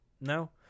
no